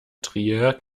trier